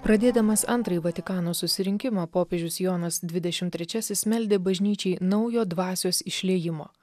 pradėdamas antrąjį vatikano susirinkimą popiežius jonas dvidešimt trečiasis meldė bažnyčiai naujo dvasios išliejimo